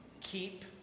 keep